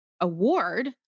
award